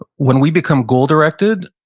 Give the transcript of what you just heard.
ah when we become goal-directed,